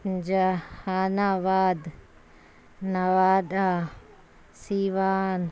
جہان آباد نوادا سیوان